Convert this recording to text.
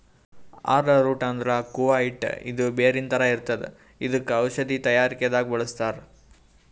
ಆರೊ root ಅಂದ್ರ ಕೂವ ಹಿಟ್ಟ್ ಇದು ಬೇರಿನ್ ಥರ ಇರ್ತದ್ ಇದಕ್ಕ್ ಔಷಧಿ ತಯಾರಿಕೆ ದಾಗ್ ಬಳಸ್ತಾರ್